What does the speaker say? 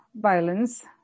violence